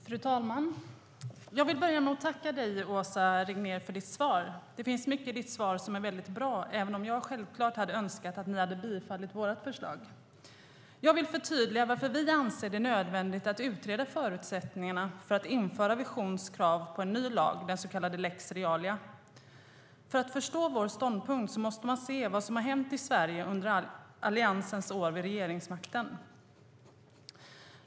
Fru talman! Jag vill börja med att tacka dig, Åsa Regnér, för ditt svar. Det finns mycket i svaret som är väldigt bra, även om jag självklart hade önskat att ni hade ställt er bakom vårt förslag. Jag vill förtydliga varför vi anser det nödvändigt att utreda förutsättningarna för att införa Visions krav på en ny lag, den så kallade lex Realia. För att förstå vår ståndpunkt måste man se vad som har hänt i Sverige under Alliansens år vid regeringsmakten.